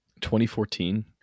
2014